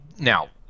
now